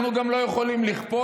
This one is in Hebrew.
אנחנו גם לא יכולים לכפות